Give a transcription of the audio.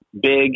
big